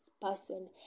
person